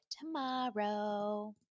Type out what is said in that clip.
tomorrow